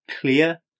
clear